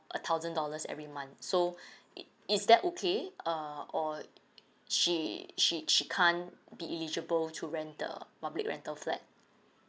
a thousand dollars every month so i~ is that okay err or err she she she can't be eligible to rent the public rental flat